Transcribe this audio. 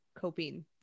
coping